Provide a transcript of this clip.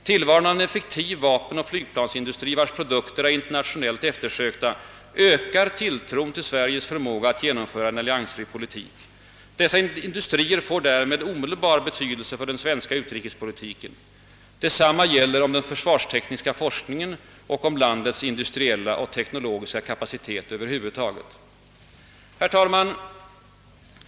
Tillvaron av en effektiv vapenoch flygplansindustri, vars produkter är inter nationellt eftersökta, ökar tilltron till Sveriges förmåga att genomföra en alliansfri politik. Dessa industrier får därmed omedelbar betydelse för den svenska utrikespolitiken. Detsamma gäller om den försvarstekniska forskning: en och om landets industriella och teknologiska kapacitet över huvud taget.» Herr talman!